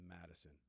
Madison